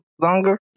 longer